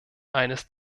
eines